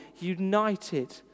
united